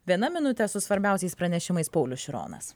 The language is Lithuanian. viena minutė su svarbiausiais pranešimais paulius šironas